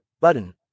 button